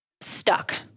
stuck